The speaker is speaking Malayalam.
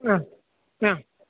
ആ ആ